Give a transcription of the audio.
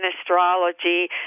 astrology